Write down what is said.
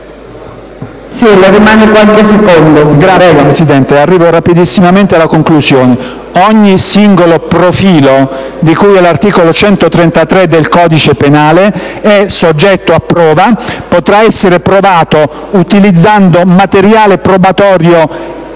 La ringrazio, Signora Presidente. Arrivo rapidissimamente alla conclusione. Ogni singolo profilo di cui all'articolo 133 del codice penale è soggetto a prova e potrà essere provato utilizzando materiale probatorio